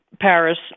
Paris